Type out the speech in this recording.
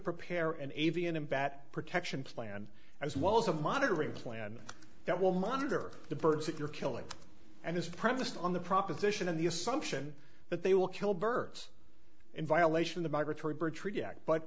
avian and bat protection plan as well as a monitoring plan that will monitor the birds that you're killing and is premised on the proposition of the assumption that they will kill birds in violation of the